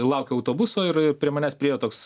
laukiau autobuso ir prie manęs priėjo toks